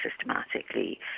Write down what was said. systematically